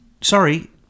Sorry